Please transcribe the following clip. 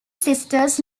sisters